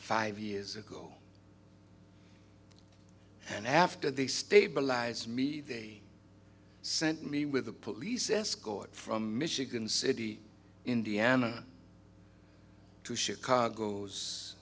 five years ago and after they stabilized me they sent me with a police escort from michigan city indiana to chicago's